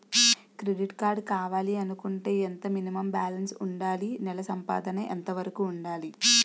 Credit card కావాలి అనుకుంటే ఎంత మినిమం బాలన్స్ వుందాలి? నెల సంపాదన ఎంతవరకు వుండాలి?